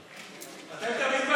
אתם תמיד בסוף.